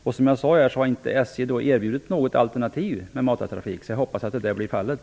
SJ har som jag sade inte erbjudit något alternativ med matartrafik. Jag hoppas att det blir fallet.